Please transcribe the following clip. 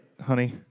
honey